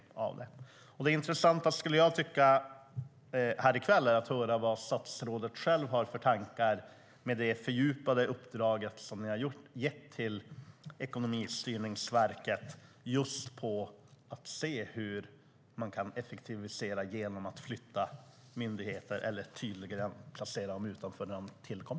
Jag tycker att det skulle vara intressant att här i kväll få höra vad statsrådet själv har för tankar när det gäller det fördjupade uppdrag som ni har gett till Ekonomistyrningsverket i fråga om att se hur man kan effektivisera genom att flytta myndigheter eller placera nya myndigheter utanför Stockholm.